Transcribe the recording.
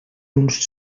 uns